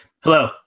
hello